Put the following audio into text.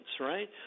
right